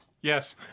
Yes